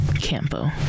Campo